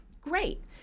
Great